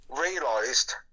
realised